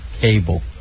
Cable